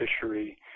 fishery